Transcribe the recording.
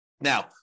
Now